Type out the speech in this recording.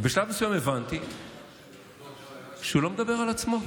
ובשלב מסוים הבנתי שהוא לא מדבר על עצמו,